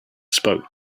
spoke